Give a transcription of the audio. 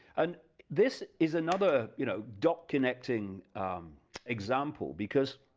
and this is another you know dot connecting example because